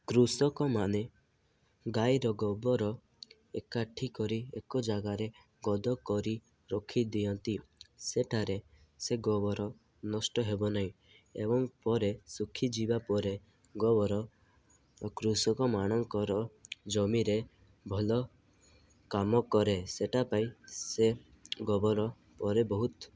କୃଷକମାନେ ଗାଈର ଗୋବର ଏକାଠି କରି ଏକ ଜାଗାରେ ଗଦା କରି ରଖିଦିଅନ୍ତି ସେଠାରେ ସେ ଗୋବର ନଷ୍ଟ ହେବ ନାହିଁ ଏବଂ ପରେ ଶୁଖିଯିବା ପରେ ଗୋବର କୃଷକମାନଙ୍କର ଜମିରେ ଭଲ କାମ କରେ ସେଇଟା ପାଇଁ ସେ ଗୋବର ପରେ ବହୁତ